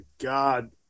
God